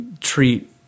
treat